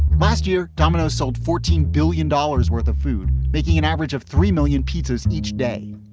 last year, domino's sold fourteen billion dollars worth of food, making an average of three million pizzas each day.